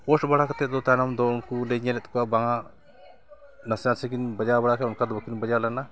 post ᱵᱟᱲᱟ ᱠᱟᱛᱮ ᱫᱚ ᱛᱟᱭᱱᱚᱢ ᱫᱚ ᱩᱱᱠᱩ ᱞᱮ ᱧᱮᱞᱮᱫ ᱠᱚᱣᱟ ᱵᱟᱝᱟ ᱱᱟᱥᱮ ᱱᱟᱥᱮ ᱠᱤᱱ ᱵᱟᱡᱟᱣ ᱵᱟᱲᱟ ᱠᱟᱜᱼᱟ ᱚᱱᱠᱟ ᱫᱚ ᱵᱟᱹᱠᱤᱱ ᱵᱟᱡᱟᱣ ᱞᱮᱱᱟ